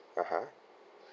(uh huh)